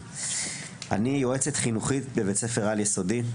"אני יועצת חינוכית בבית ספר על יסודי,